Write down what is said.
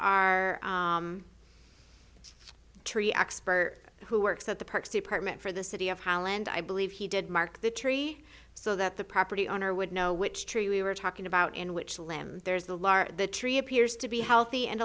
tree expert who works at the parks department for the city of holland i believe he did mark the tree so that the property owner would know which tree we were talking about in which limb there's a large tree appears to be healthy and